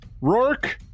Rourke